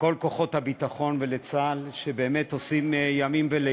לכל כוחות הביטחון ולצה"ל, שבאמת עושים לילות